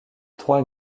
trois